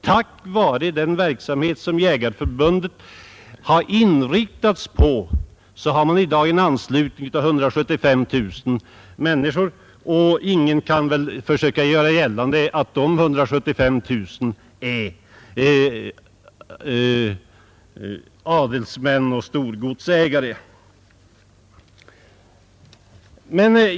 Tack vare den verksamhet som Jägareförbundet har inriktat sig på har man en anslutning av 175 000 människor, och ingen kan försöka göra gällande att dessa 175 000 är adelsmän och storgodsägare.